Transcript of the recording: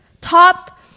Top